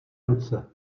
ruce